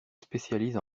spécialise